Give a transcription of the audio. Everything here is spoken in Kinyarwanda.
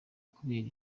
kubera